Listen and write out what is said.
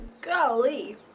golly